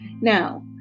Now